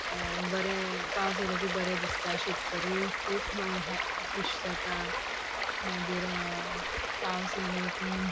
बरें पावस येयलो की बरें दिसता शेतकरी खूब खुश जाता मागीर पावस येयलो की